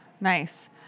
Nice